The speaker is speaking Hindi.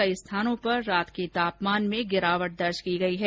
कई स्थानों पर रात के तापमान में गिरावट दर्ज की गयी है